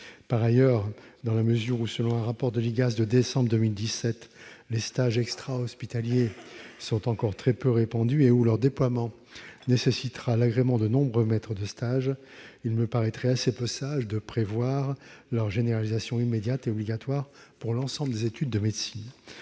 Par ailleurs, dans la mesure où, selon un rapport de l'IGAS de décembre 2017, les stages extrahospitaliers sont encore très peu répandus et où leur déploiement nécessitera l'agrément de nombreux maîtres de stage, il me paraîtrait assez peu sage de prévoir leur généralisation immédiate et obligatoire pour l'ensemble des études de médecine.